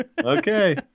Okay